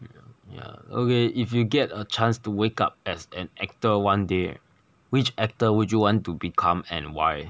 ya okay if you get a chance to wake up as an actor one day which actor would you want to become and why